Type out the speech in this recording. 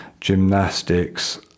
gymnastics